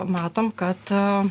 matom kad